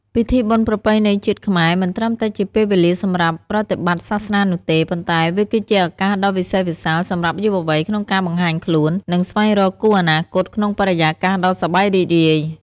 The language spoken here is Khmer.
ពិធីបុណ្យប្រពៃណីជាតិខ្មែរ មិនត្រឹមតែជាពេលវេលាសម្រាប់ប្រតិបត្តិសាសនានោះទេ ប៉ុន្តែវាគឺជាឱកាសដ៏វិសេសវិសាលសម្រាប់យុវវ័យក្នុងការបង្ហាញខ្លួន និងស្វែងរកគូអនាគតក្នុងបរិយាកាសដ៏សប្បាយរីករាយ។